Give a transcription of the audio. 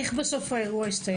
איך בסוף האירוע הסתיים?